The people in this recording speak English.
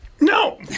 No